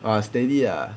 ah steady ah